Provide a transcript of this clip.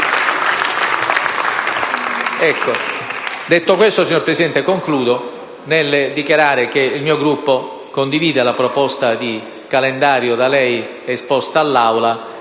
Detto questo, signor Presidente, concludo nel dichiarare che il mio Gruppo condivide la proposta di calendario da lei esposta all'Aula